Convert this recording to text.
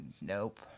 Nope